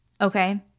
okay